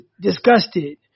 disgusted